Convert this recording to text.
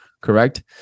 Correct